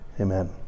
Amen